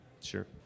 sure